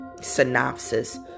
synopsis